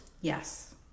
Yes